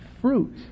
fruit